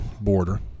border